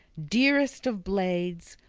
dearest of blades,